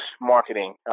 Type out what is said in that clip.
marketing